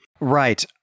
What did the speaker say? Right